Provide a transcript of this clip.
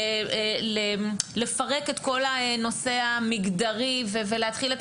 לפרק את כל הנושא המגדרי ולהתחיל את